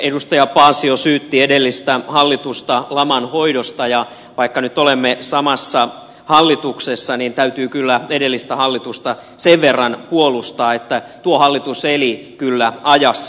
edustaja paasio syytti edellistä hallitusta laman hoidosta ja vaikka nyt olemme samassa hallituksessa niin täytyy kyllä edellistä hallitusta sen verran puolustaa että tuo hallitus eli kyllä ajassa